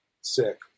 Sick